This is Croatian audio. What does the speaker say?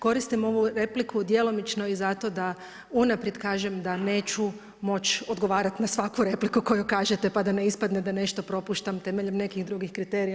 Koristim ovu repliku djelomično i zato da unaprijed kažem da neću moći odgovarati na svaku repliku koju kažete, pa da ne ispadne da nešto propuštam temeljem nekih drugih kriterija.